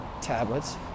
tablets